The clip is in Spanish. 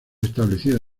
establecida